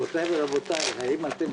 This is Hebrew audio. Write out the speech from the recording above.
גבירותי ורבותי, האם אתם